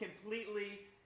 completely